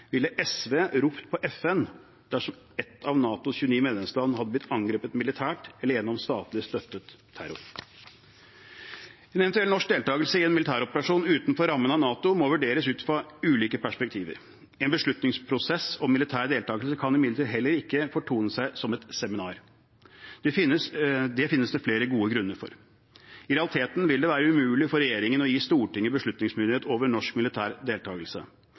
Ville SV ropt på FN dersom ett av NATOs 29 medlemsland hadde blitt angrepet militært eller gjennom statlig støttet terror? En eventuell norsk deltakelse i en militæroperasjon utenfor rammen av NATO må vurderes ut fra ulike perspektiver. En beslutningsprosess om militær deltakelse kan imidlertid heller ikke fortone seg som et seminar. Det finnes det flere gode grunner for. I realiteten vil det være umulig for regjeringen å gi Stortinget beslutningsmyndighet over norsk militær deltakelse.